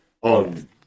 on